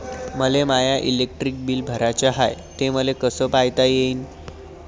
मले my electric bill भराचं हाय, ते मले कस पायता येईन?